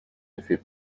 effet